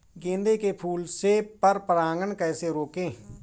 गेंदे के फूल से पर परागण कैसे रोकें?